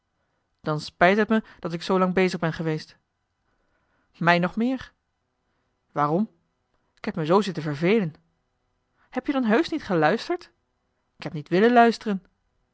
dan spijt het me dat ik zoolang bezig ben geweest mij nog meer waarom k heb me zoo zitten vervelen heb-je dan heusch niet geluisterd k heb niet willen luisteren